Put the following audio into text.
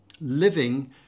living